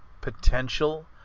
potential